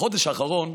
בחודש האחרון,